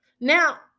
Now